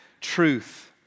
truth